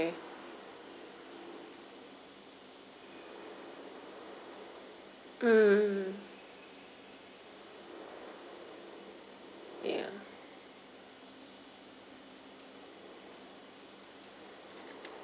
mm mmhmm ya